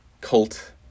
cult